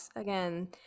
Again